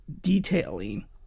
detailing